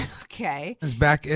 Okay